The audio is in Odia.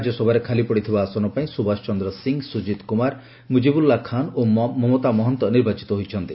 ରାଜ୍ୟସଭାରେ ଖାଲିପଡିଥିବା ଆସନ ପାଇଁ ସୁବାସ ଚନ୍ଦ୍ର ସିଂ ସୁଜିତ କୁମାର ମୁଜିବୁଲା ଖାନ୍ ଓ ମମତା ମହନ୍ତ ନିର୍ବାଚିତ ହୋଇଛନ୍ତି